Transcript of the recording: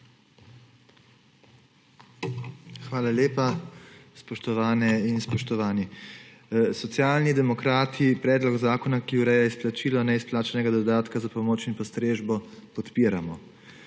Hvala lepa. Spoštovane in spoštovani! Socialni demokrati predlog zakona, ki ureja izplačilo neizplačanega dodatka za pomoč in postrežbo, podpiramo.